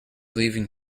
leaving